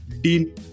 Dean